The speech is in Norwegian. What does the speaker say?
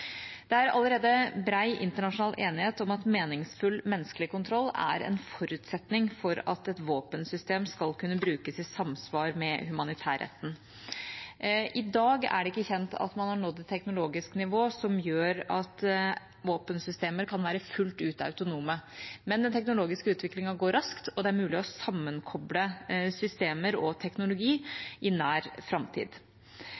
Det er allerede bred internasjonal enighet om at meningsfull menneskelig kontroll er en forutsetning for at et våpensystem skal kunne brukes i samsvar med humanitærretten. I dag er det ikke kjent at man har nådd et teknologisk nivå som gjør at våpensystemer kan være fullt ut autonome, men den teknologiske utviklingen går raskt, og det er mulig å sammenkoble systemer og